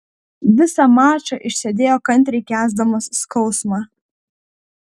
visą mačą išsėdėjo kantriai kęsdamas skausmą